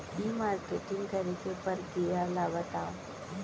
ई marketing करे के प्रक्रिया ला बतावव?